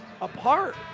apart